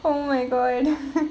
oh my god